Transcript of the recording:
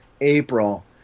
April